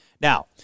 Now